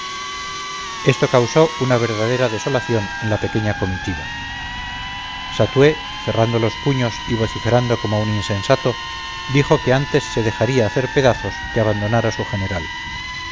esto causó una verdadera desolación en la pequeña comitiva satué cerrando los puños y vociferando como un insensato dijo que antes se dejaría hacer pedazos que abandonar a su general